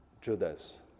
Judas